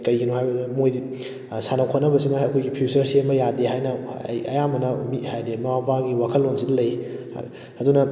ꯀꯔꯤꯒꯤꯅꯣ ꯍꯥꯏꯕꯗꯨꯗ ꯃꯈꯣꯏꯒꯤ ꯁꯥꯟꯅ ꯈꯣꯠꯅꯕꯁꯤꯅ ꯑꯩꯈꯣꯏꯒꯤ ꯐ꯭ꯌꯨꯆꯔ ꯁꯦꯝꯕ ꯌꯥꯗꯦ ꯍꯥꯏꯅ ꯑꯌꯥꯝꯕꯅ ꯃꯤ ꯍꯥꯏꯗꯤ ꯃꯃꯥ ꯃꯄꯥꯒꯤ ꯋꯥꯈꯜꯂꯣꯟꯁꯤ ꯂꯩ ꯑꯗꯨꯅ